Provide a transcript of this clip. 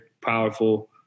powerful